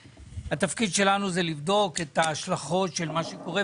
התפקיד שלנו זה לבדוק את ההשלכות של מה שקורה,